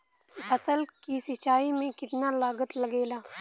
फसल की सिंचाई में कितना लागत लागेला?